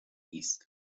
east